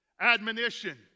Admonition